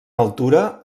altura